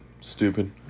stupid